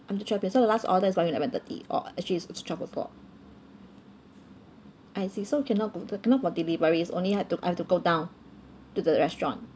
until twelve P_M so the last order is around eleven thirty or uh actually it's it's twelve o'clock I see so cannot go do~ cannot for delivery it's only I've to I've to go down to the restaurant